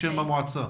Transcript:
המועצה?